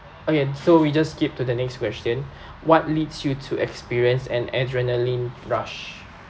okay so we just skip to the next question what leads you to experience an adrenaline rush